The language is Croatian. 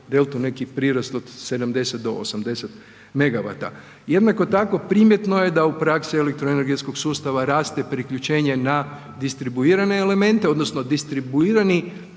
elto neki prirast od 70 do 80 mega vata. Jednako tako primjetno je da u praksi elektroenergetskog sustava raste priključenje na distribuirane elemente odnosno distribuirani